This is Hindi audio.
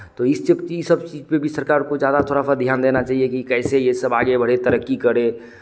तो इस चीज़ ये सब चीज़ पे भी सरकार को ज़्यादा थोड़ा सा ध्यान देना चाहिए कि कैसे ये सब आगे बढ़े तरक्की करे